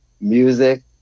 music